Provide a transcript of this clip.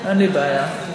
להעביר לוועדה למעמד האישה.